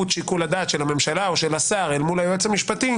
שיקול הדעת של הממשלה או של השר אל מול היועץ המשפטי,